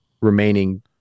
remaining